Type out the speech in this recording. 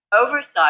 oversight